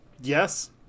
Yes